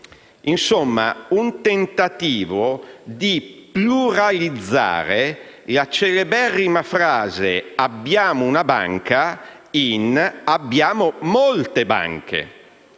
insomma un tentativo di pluralizzare la celeberrima frase «abbiamo una banca» in «abbiamo molte banche».